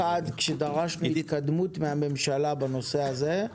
כשדרשנו התקדמות מהממשלה בנושא הזה,